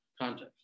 context